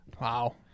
Wow